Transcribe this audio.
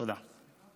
תודה.